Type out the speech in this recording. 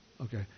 Okay